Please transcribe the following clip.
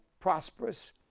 prosperous